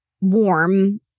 warm